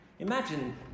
Imagine